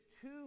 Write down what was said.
two